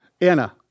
Anna